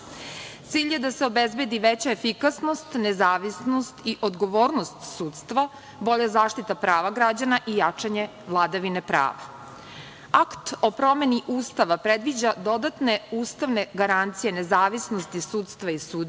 Cilj je da se obezbedi veća efikasnost, nezavisnost i odgovornost sudstva, bolja zaštita prava građana i jačanje vladavine prava. Akt o promeni Ustava predviđa dodatne ustavne garancije nezavisnosti sudstva i sudija,